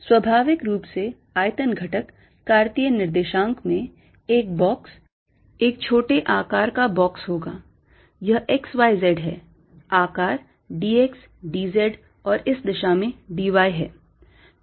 स्वाभाविक रूप से आयतन घटक कार्तीय निर्देशांक में एक बॉक्स एक छोटे आकार का बॉक्स होगा यह x y z है आकार dx dz और इस दिशा में d y है